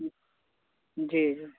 जी जी